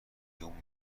بیوم